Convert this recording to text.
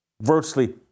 Virtually